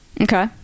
Okay